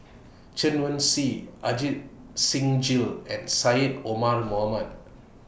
Chen Wen Hsi Ajit Singh Gill and Syed Omar Mohamed